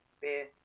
beer